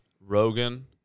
Rogan